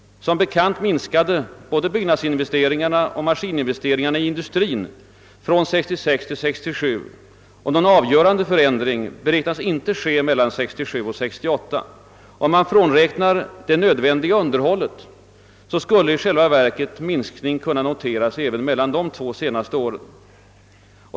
Som bekant minskade både byggnadsinvesteringarna och maskininvesteringarna i industrin från 1966 till 1967, och någon avgörande förändring beräknas inte inträffa mellan 1967 och 1968. Om man frånräknar det nödvändiga underhållet skulle i själva verket minskning kunna noteras även mellan de två senaste åren.